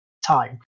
Time